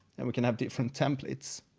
and we can have different templates.